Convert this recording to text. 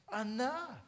enough